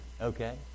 okay